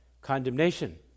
Condemnation